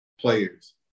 players